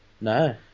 No